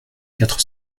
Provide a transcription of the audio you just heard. quatre